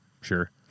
sure